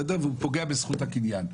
הוא גם לא חוקתי והוא פוגע בזכות הקניין,